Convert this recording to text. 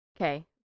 okay